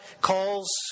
calls